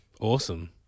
Awesome